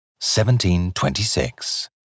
1726